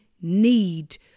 need